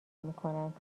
میکنند